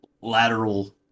lateral